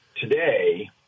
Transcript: today